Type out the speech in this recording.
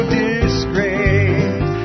disgrace